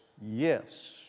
Yes